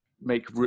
make